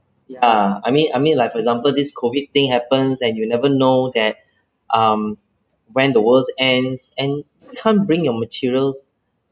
ya I mean I mean like for example this COVID thing happens and you never know that um when the world ends and you can't bring your materials